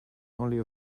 only